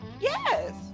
Yes